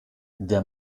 der